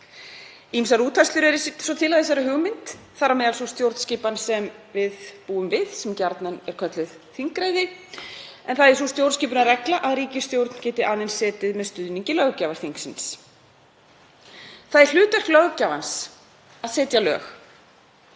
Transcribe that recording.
Ýmsar útfærslur eru svo til á þessari hugmynd, þar á meðal sú stjórnskipun sem við búum við, sem gjarnan er kölluð þingræði, en það er sú stjórnskipunarregla að ríkisstjórn geti aðeins setið með stuðningi löggjafarþingsins. Það er hlutverk löggjafans að setja lög.